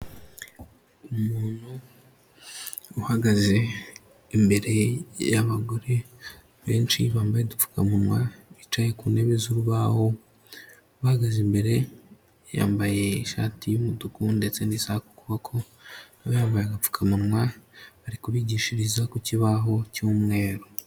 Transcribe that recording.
Umuntu uhagaze imbere y'abagore benshi bambaye udupfukamunwa, bicaye ku ntebe z'urubaho, abahagaze imbere yambaye ishati y'umutuku ndetse n'isaha ku kuboko yabambaye agapfukamunwa ari kubigishiriza ku kibaho cy'umweru.